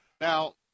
Now